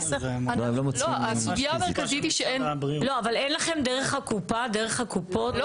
לא, אבל אין לכם דרך הקופה, דרך הקופות?